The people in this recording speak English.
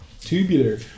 tubular